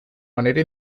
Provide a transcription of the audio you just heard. manera